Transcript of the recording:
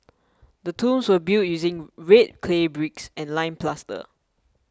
the tombs were built using red clay bricks and lime plaster